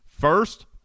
First